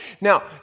Now